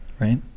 right